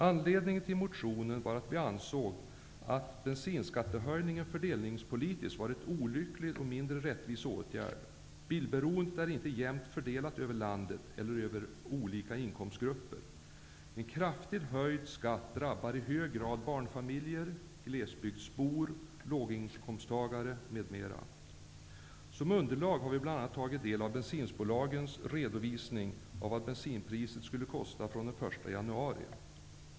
Anledningen till motionen var att vi ansåg att bensinskattehöjningen fördelningspolitiskt sett var en olycklig och mindre rättvis åtgärd. Bilberoendet är inte jämnt fördelat vare sig över landet eller mellan olika inkomstgrupper. En kraftigt höjd skatt drabbar i hög grad barnfamiljer, glesbygdsbor, låginkomsttagare m.fl. Som underlag för motionen har vi bl.a. tagit del av bensinbolagens redovisning av vad bensinen skulle kosta från den 1 januari.